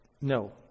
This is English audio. no